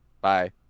bye